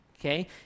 Okay